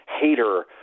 hater –